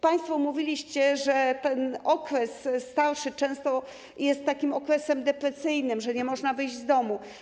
Państwo mówiliście, że ten okres dla starszych często jest okresem depresyjnym, że nie można wyjść z domu.